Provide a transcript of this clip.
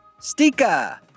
Stika